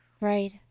Right